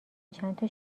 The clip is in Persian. چندتا